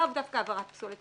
לאו דווקא עבירת פסולת,